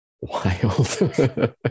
wild